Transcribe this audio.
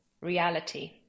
reality